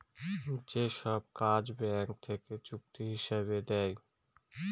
যে সব কাগজ ব্যাঙ্ক থেকে চুক্তি হিসাবে দেয়